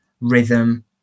rhythm